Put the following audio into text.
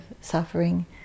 suffering